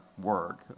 work